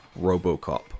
Robocop